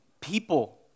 people